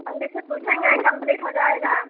पंडित से पूछेंगे कम्पलीट हो जाएगा